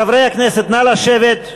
חברי הכנסת, נא לשבת.